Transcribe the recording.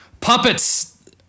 Puppets